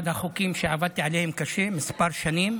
אחד החוקים שעבדתי עליהם קשה כמה שנים.